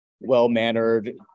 Well-mannered